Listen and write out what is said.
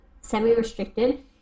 semi-restricted